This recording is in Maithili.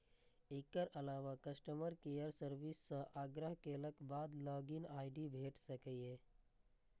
एकर अलावा कस्टमर केयर सर्विस सं आग्रह केलाक बाद लॉग इन आई.डी भेटि सकैए